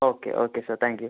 okay okay sir thank you